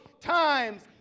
times